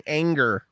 anger